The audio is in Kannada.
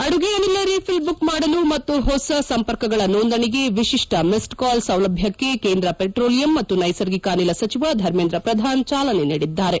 ಅಡುಗೆ ಅನಿಲ ರೀಫಿಲ್ ಬುಕ್ ಮಾಡಲು ಮತ್ತು ಹೊಸ ಸಂಪರ್ಕಗಳ ನೋಂದಣಿಗೆ ವಿಶಿಷ್ಟ ಮಿಸ್ಡ್ ಕಾಲ್ ಸೌಲಭ್ಚಕ್ಕೆ ಕೇಂದ್ರ ಪೆಟ್ರೋಲಿಯಂ ಮತ್ತು ನೈಸರ್ಗಿಕ ಅನಿಲ ಸಚಿವ ಧರ್ಮೇಂದ್ರ ಪ್ರಧಾನ್ ಚಾಲನೆ ನೀಡಿದ್ದಾರೆ